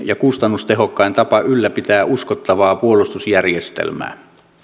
ja kustannustehokkain tapa ylläpitää uskottavaa puolustusjärjestelmää